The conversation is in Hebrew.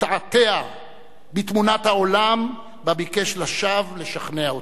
מתעתע בתמונת העולם שבה ביקש לשווא לשכנע אותנו.